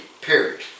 period